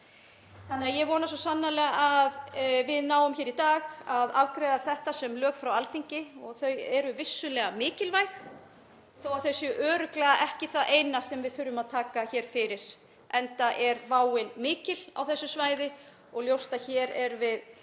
þess. Ég vona svo sannarlega að við náum í dag að afgreiða þetta sem lög frá Alþingi. Þau eru vissulega mikilvæg þótt þau séu örugglega ekki það eina sem við þurfum að taka hér fyrir, enda er váin mikil á þessu svæði og ljóst að við